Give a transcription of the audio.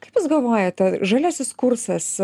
kaip jūs galvojate žaliasis kursas